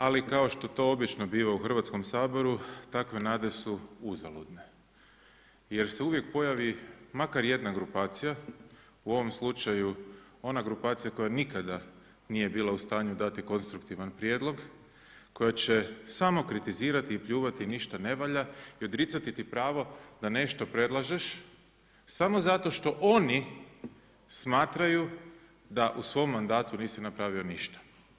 Ali, kao što to obično biva u Hrvatskom saboru, takve nade su uzaludne jer se uvijek pojavi makar jedna grupacija, u ovom slučaju ona grupacija koja nikada nije bila u stanju dati konstruktivan prijedlog, koja će samo kritizirati i pljuvati ništa ne valja i odricati ti pravo da nešto predlažeš samo zato što oni smatraju da u svom mandatu nisi napravio ništa.